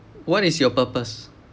what is your purpose